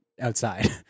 outside